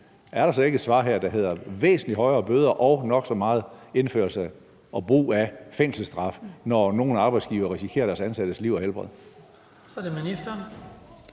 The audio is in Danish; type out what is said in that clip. er der så ikke et svar her, der hedder væsentlig højere bøder og nok så meget indførelse og brug af fængselsstraf, når nogle arbejdsgivere risikerer deres ansattes liv og lemmer?